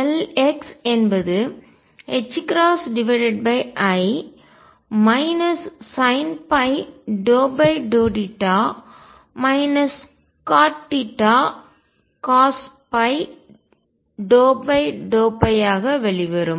Lx என்பது i sinϕ∂θ cotθcosϕ∂ϕஆக வெளியே வரும்